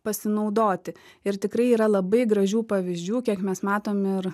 pasinaudoti ir tikrai yra labai gražių pavyzdžių kiek mes matom ir